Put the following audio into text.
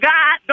God